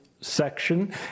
section